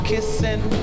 kissing